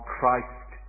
Christ